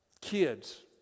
kids